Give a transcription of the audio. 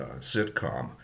sitcom